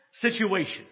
situation